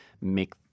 make